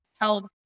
help